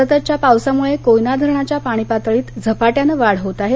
सततच्या पावसामुळे कोयना धरणाच्या पाणीपातळीत झपाट्यानं वाढ होत आहे